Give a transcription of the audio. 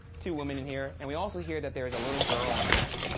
two women in here, and we also hear that there's a little girl in here,